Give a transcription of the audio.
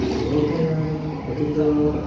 लोकयानं क्वचित्